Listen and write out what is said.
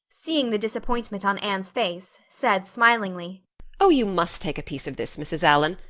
seeing the disappointment on anne's face, said smilingly oh, you must take a piece of this, mrs. allan.